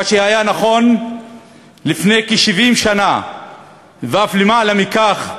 מה שהיה נכון לפני כ-70 שנה ואף למעלה מכך,